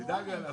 לא קרה.